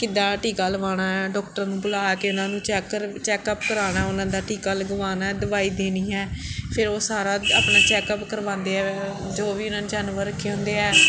ਕਿੱਦਾਂ ਟੀਕਾ ਲਗਵਾਉਣਾ ਹੈ ਡਾਕਟਰ ਨੂੰ ਬੁਲਾ ਕੇ ਉਹਨਾਂ ਨੂੰ ਚੈਕਰ ਚੈੱਕਅਪ ਕਰਾਉਣਾ ਉਹਨਾਂ ਦਾ ਟੀਕਾ ਲਗਵਾਉਣਾ ਦਵਾਈ ਦੇਣੀ ਹੈ ਫਿਰ ਉਹ ਸਾਰਾ ਆਪਣਾ ਚੈੱਕਅਪ ਕਰਵਾਉਂਦੇ ਹੈ ਜੋ ਵੀ ਉਹਨਾਂ ਨੇ ਜਾਨਵਰ ਰੱਖੇ ਹੁੰਦੇ ਹੈ